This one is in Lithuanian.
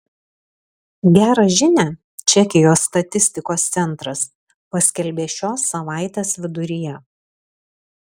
gerą žinią čekijos statistikos centras paskelbė šios savaitės viduryje